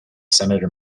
senator